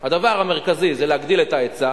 הדבר המרכזי זה להגדיל את ההיצע.